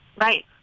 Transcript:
Right